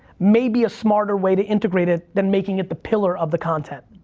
may be a smarter way to integrate it than making it the pillar of the content.